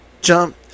jump